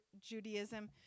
Judaism